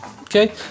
Okay